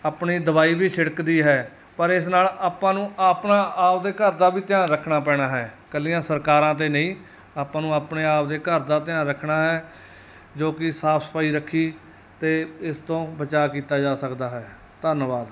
ਆਪਣੀ ਦਵਾਈ ਵੀ ਛਿੜਕਦੀ ਹੈ ਪਰ ਇਸ ਨਾਲ ਆਪਾਂ ਨੂੰ ਆਪਣਾ ਆਪਣੇ ਘਰ ਦਾ ਵੀ ਧਿਆਨ ਰੱਖਣਾ ਪੈਣਾ ਹੈ ਇਕੱਲੀਆਂ ਸਰਕਾਰਾਂ 'ਤੇ ਨਹੀਂ ਆਪਾਂ ਨੂੰ ਆਪਣੇ ਆਪਣੇ ਘਰ ਦਾ ਧਿਆਨ ਰੱਖਣਾ ਹੈ ਜੋ ਕਿ ਸਾਫ਼ ਸਫਾਈ ਰੱਖੀ ਤਾਂ ਇਸ ਤੋਂ ਬਚਾਅ ਕੀਤਾ ਜਾ ਸਕਦਾ ਹੈ ਧੰਨਵਾਦ